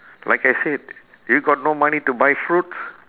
like I said if got no money to buy fruits